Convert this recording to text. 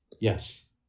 Yes